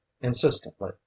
insistently